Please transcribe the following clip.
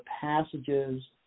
passages